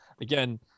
again